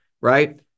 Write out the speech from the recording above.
right